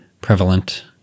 prevalent